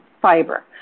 fiber